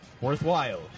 worthwhile